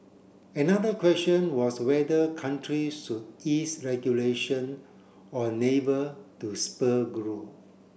another question was whether countries should ease regulation on labour to spur growth